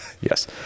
yes